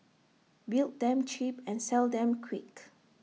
build them cheap and sell them quick